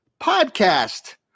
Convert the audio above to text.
podcast